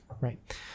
right